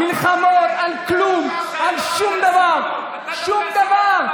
מלחמות על כלום, על שום דבר, שום דבר.